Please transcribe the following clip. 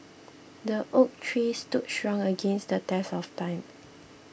the oak tree stood strong against the test of time